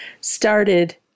started